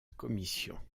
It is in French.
commission